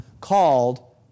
called